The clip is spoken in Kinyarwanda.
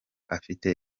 afite